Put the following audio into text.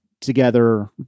together